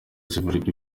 zivurwa